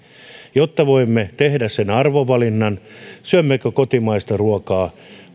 jotta voimme tehdä sen arvovalinnan syömmekö kotimaista ruokaa